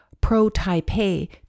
pro-Taipei